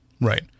Right